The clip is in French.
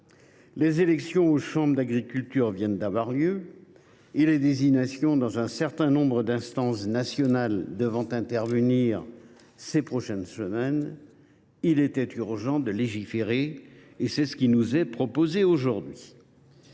Les élections dans les chambres d’agriculture viennent d’avoir lieu. Les désignations dans un certain nombre d’instances nationales devant intervenir dans les prochaines semaines, il était urgent de légiférer. C’est ce qu’il nous est proposé de faire aujourd’hui.